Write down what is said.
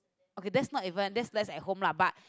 okay that's not even that less at home lah but